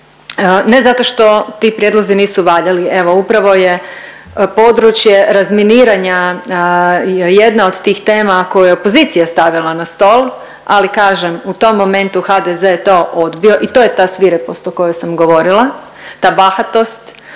ne zato što ti prijedlozi nisu valjali, evo upravo je područje razminiranja jedna od tih tema koju je opozicija stavila na stol, ali kažem u tom momentu HDZ je to odbio. I to je ta svirepost o kojoj sam govorila, ta bahatost,